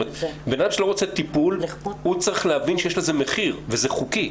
אדם שלא רוצה טיפול הוא צריך להבין שיש לזה מחיר וזה חוקי.